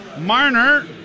Marner